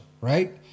right